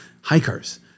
hikers